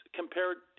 compared